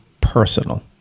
personal